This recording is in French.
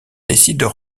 décident